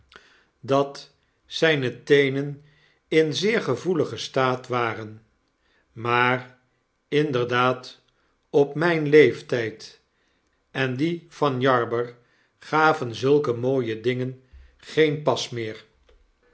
dat zijne teenen i zeer gevoeligen staat waren maar inderdaad op myn leeftyd en dien van jarber gaven zulke mooie dingen geen pas meer